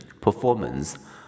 performance